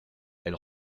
elle